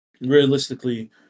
realistically